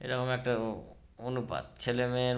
এরকম একটা অ অনুপাত ছেলে মেয়ের